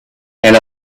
and